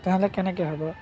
তেনেহ'লে কেনেকৈ হ'ব